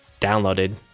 downloaded